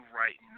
right